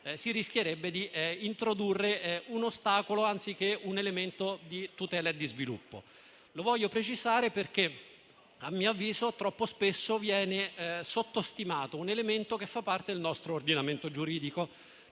si rischierebbe di introdurre un ostacolo, anziché un elemento di tutela e di sviluppo. Lo voglio precisare, perché a mio avviso troppo spesso viene sottostimato un elemento che fa parte del nostro ordinamento giuridico.